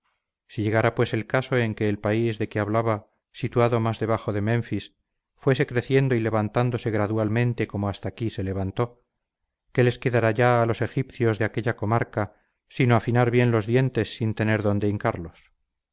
si llegara pues el caso en que el país de que hablaba situado más debajo de menfis fuese creciendo y levantándose gradualmente como hasta aquí se levantó qué les quedará ya a los egipcios de aquella comarca sino afinar bien los dientes sin tener dónde